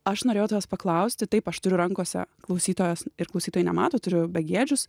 aš norėjau tavęs paklausti taip aš turiu rankose klausytojas ir klausytojai nemato turiu begėdžius